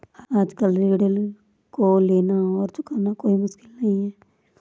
आजकल ऋण को लेना और चुकाना कोई मुश्किल नहीं है